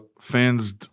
fans